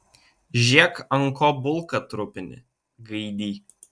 žėk ant ko bulką trupini gaidy